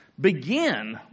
Begin